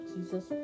Jesus